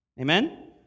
Amen